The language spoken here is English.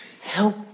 Help